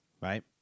right